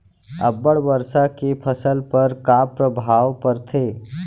अब्बड़ वर्षा के फसल पर का प्रभाव परथे?